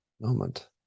moment